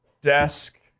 desk